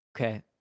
okay